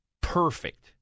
perfect